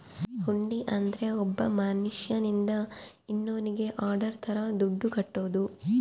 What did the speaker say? ಹುಂಡಿ ಅಂದ್ರ ಒಬ್ಬ ಮನ್ಶ್ಯನಿಂದ ಇನ್ನೋನ್ನಿಗೆ ಆರ್ಡರ್ ತರ ದುಡ್ಡು ಕಟ್ಟೋದು